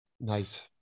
Nice